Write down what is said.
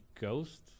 ghost